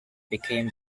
became